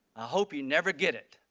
ah hope you never get it.